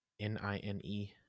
n-i-n-e